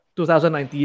2019